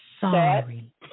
Sorry